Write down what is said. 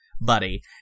buddy